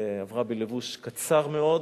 עברה בלבוש קצר מאוד